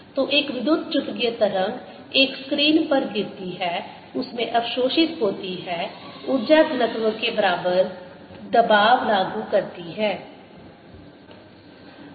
तो एक विद्युत चुम्बकीय तरंग एक स्क्रीन पर गिरती है उसमें अवशोषित होती है ऊर्जा घनत्व के बराबर दबाव लागू करती हैं